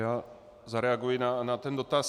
Já zareaguji na ten dotaz.